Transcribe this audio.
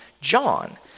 John